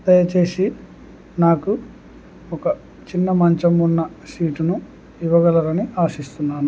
దయచేసి నాకు ఒక చిన్న మంచం ఉన్న సీటును ఇవ్వగలరని ఆశిస్తున్నాను